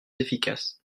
efficaces